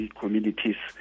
communities